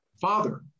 Father